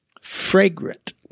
fragrant